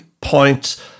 point